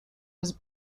was